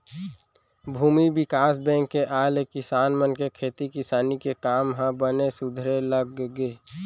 भूमि बिकास बेंक के आय ले किसान मन के खेती किसानी के काम ह बने सुधरे लग गे